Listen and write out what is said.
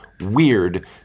weird